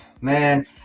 man